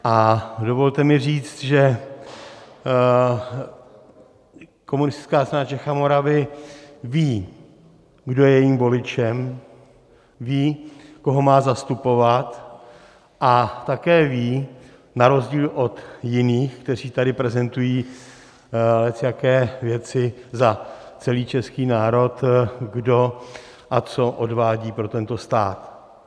A dovolte mi říct, že Komunistická strana Čech a Moravy ví, kdo je jejím voličem, ví, koho má zastupovat, a také ví, na rozdíl od jiných, kteří tady prezentují lecjaké věci za celý český národ, kdo a co odvádí pro tento stát.